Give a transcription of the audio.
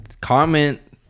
Comment